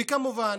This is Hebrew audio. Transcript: וכמובן,